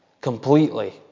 completely